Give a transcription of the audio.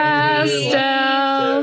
Pastel